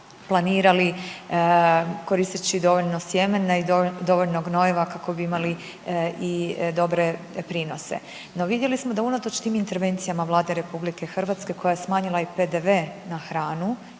koristeći dovoljno sjemena i dovoljno gnojiva kako bi imali i dobre prinose. No vidjeli smo da unatoč tim intervencijama Vlade RH koja je smanjila i PDV na hranu